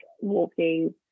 walking